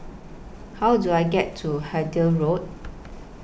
How Do I get to Hythe Road